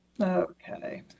okay